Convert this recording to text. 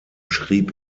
schrieb